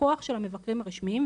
הכוח של המבקרים הרשמיים,